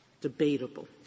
debatable